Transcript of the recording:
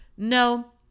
No